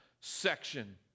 section